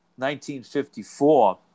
1954